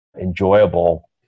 enjoyable